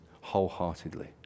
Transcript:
wholeheartedly